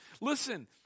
listen